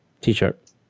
T-shirt